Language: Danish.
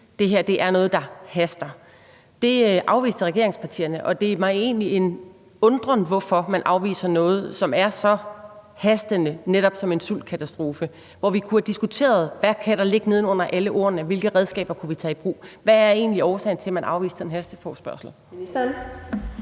det her er noget, der haster. Det afviste regeringspartierne, og det undrer mig egentlig, hvorfor man afviser noget, der er så hastende, som netop en sultkatastrofe er, og hvor vi kunne have diskuteret, hvad der kunne ligge neden under alle ordene, og hvilke redskaber vi kunne tage i brug. Hvad er egentlig årsagen til, at man afviste den hasteforespørgsel? Kl.